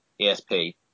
ESP